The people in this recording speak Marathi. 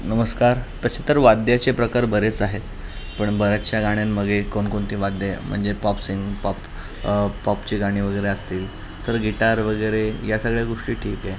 नमस्कार तसे तर वाद्याचे प्रकार बरेच आहेत पण बऱ्याचशा गाण्यांमध्ये कोणकोणती वाद्य म्हणजे पॉपसिंग पॉप पॉपची गाणी वगैरे असतील तर गिटार वगैरे या सगळ्या गोष्टी ठीक आहे